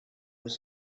was